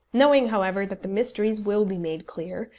knowing, however, that the mysteries will be made clear,